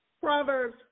Proverbs